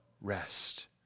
rest